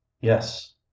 Yes